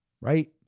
Right